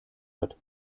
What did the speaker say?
hat